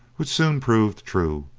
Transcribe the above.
which soon proved true,